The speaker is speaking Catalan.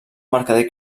mercader